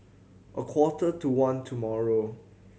a quarter to one tomorrow